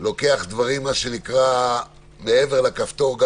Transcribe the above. לוקח דברים מעבר לכפתור.